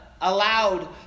allowed